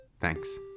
Thanks